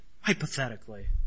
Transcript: hypothetically